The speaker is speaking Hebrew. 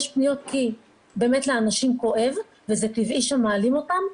יש פניות כי באמת לאנשים כואב וזה טבעי שהם מעלים אותן,